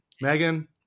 Megan